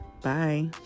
bye